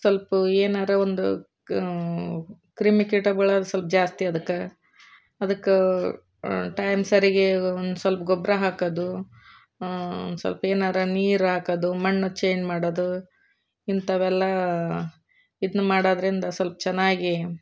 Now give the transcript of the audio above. ಸ್ವಲ್ಪ ಏನಾರ ಒಂದು ಕ್ರಿಮಿ ಕೀಟಗುಳದ್ದು ಸ್ವಲ್ಪ ಜಾಸ್ತಿ ಅದಕ್ಕೆ ಅದಕ್ಕೆ ಟೈಮ್ ಸರಿಗೆ ಒಂದು ಸ್ವಲ್ಪ ಗೊಬ್ಬರ ಹಾಕೋದು ಸ್ವಲ್ಪ ಏನರು ನೀರು ಹಾಕದು ಮಣ್ಣು ಚೇಂಜ್ ಮಾಡೋದು ಇಂಥವೆಲ್ಲ ಇದ್ನ ಮಾಡೋದರಿಂದ ಸ್ವಲ್ಪ ಚೆನ್ನಾಗಿ